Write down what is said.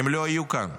הם לא יהיו כאן,